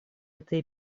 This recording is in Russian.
этой